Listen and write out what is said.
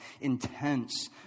intense